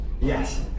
Yes